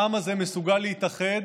העם הזה מסוגל להתאחד